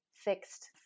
fixed